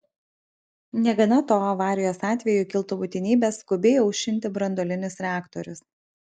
negana to avarijos atveju kiltų būtinybė skubiai aušinti branduolinius reaktorius